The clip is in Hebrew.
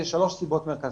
ויש שלוש סיבות מרכזיות.